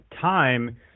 time